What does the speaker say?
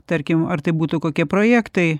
tarkim ar tai būtų kokie projektai